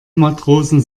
matrosen